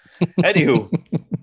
Anywho